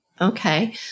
Okay